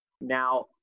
Now